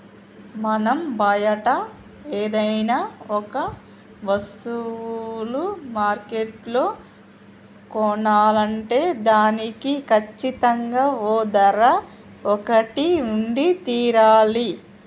మనం బయట ఏదైనా ఒక వస్తువులు మార్కెట్లో కొనాలంటే దానికి కచ్చితంగా ఓ ధర ఒకటి ఉండి తీరాలి